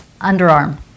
Underarm